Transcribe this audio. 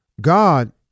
God